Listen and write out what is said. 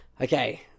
Okay